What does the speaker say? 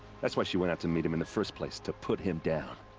that's why she went out to meet him in the first place, to put him down.